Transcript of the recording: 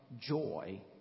joy